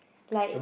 like